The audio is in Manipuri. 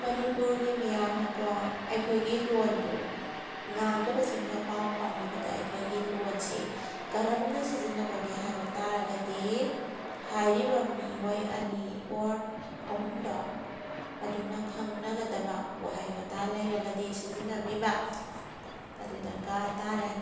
ꯃꯅꯤꯄꯨꯔꯒꯤ ꯃꯤꯌꯥꯝꯅꯀꯣ ꯑꯩꯈꯣꯏꯒꯤ ꯂꯣꯟꯗꯣ ꯉꯥꯡꯗꯕꯁꯤꯡꯒ ꯄꯥꯎ ꯐꯥꯎꯅꯕꯗ ꯑꯩꯈꯣꯏꯒꯤ ꯂꯣꯟꯁꯦ ꯀꯔꯝꯅ ꯁꯤꯖꯤꯟꯅꯕꯒꯦ ꯍꯥꯏꯕ ꯇꯥꯔꯒꯗꯤ ꯍꯥꯏꯔꯤꯕ ꯃꯤꯑꯣꯏ ꯑꯅꯤ ꯑꯣꯔ ꯑꯍꯨꯝꯗꯣ ꯑꯗꯨꯅ ꯈꯪꯅꯒꯗꯕ ꯋꯥꯍꯩ ꯋꯥꯇꯥ ꯂꯩꯔꯒꯗꯤ ꯁꯤꯖꯤꯟꯅꯕꯤꯕ ꯑꯗꯨ ꯗꯔꯀꯥꯔ ꯇꯥꯔꯦ